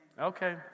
Okay